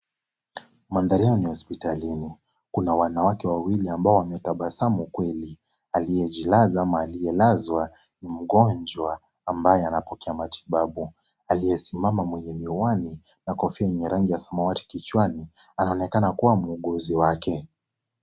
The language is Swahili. Mandharini ni hospitalini, kuna wanawake wawili ambao wametabasamu kweli, aliyejilaza ama aliyelazwa ni mgonjwa ambaye anapokea matibabu, aliyesimama mwenye miwani na kofia yenye rangi ya samawati kichwani anaonekana kuwa muuguzi wake.